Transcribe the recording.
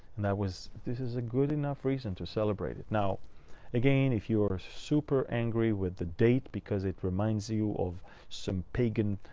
and that was this is a good enough reason to celebrate it. now again, if you're super angry with the date because it reminds you of pagan